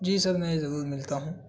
جی sir میں ضرور ملتا ہوں